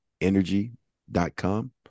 Energy.com